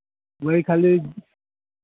वही खाली